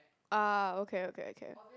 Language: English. ah okay okay okay